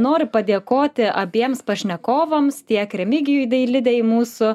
noriu padėkoti abiems pašnekovams tiek remigijui dailidei mūsų